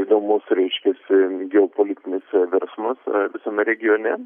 įdomus reiškias geopolitinis virsmas visame regione